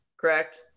correct